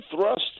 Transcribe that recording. thrust